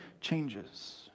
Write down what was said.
changes